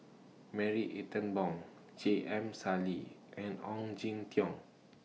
Marie Ethel Bong J M Sali and Ong Jin Teong